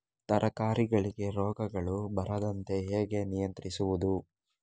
ತರಕಾರಿಗಳಿಗೆ ರೋಗಗಳು ಬರದಂತೆ ಹೇಗೆ ನಿಯಂತ್ರಿಸುವುದು?